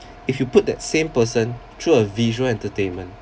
if you put that same person through a visual entertainment